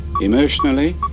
Emotionally